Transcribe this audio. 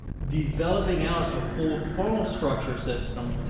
developing out a full funnel structure system.